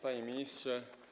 Panie Ministrze!